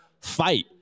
fight